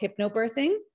Hypnobirthing